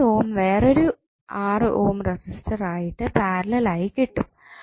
6 ohm വേറൊരു 6 ohm resistor ആയിട്ട് parallel ആയി കിട്ടും